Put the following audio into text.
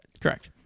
Correct